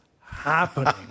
happening